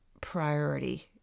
priority